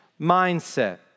mindset